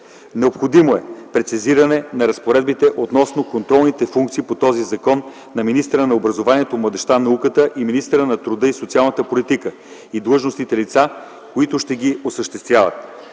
необходимо е прецизиране на разпоредбите относно контролните функции по този закон на министъра на образованието, младежта и науката и на министъра на труда и социалната политика и длъжностните лица, които ще ги осъществяват;